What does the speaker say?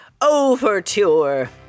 overture